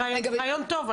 הרעיון טוב.